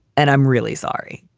and i'm really sorry,